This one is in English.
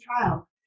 trial